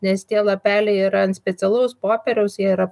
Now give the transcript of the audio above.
nes tie lapeliai yra ant specialaus popieriaus jie yra